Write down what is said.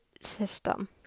system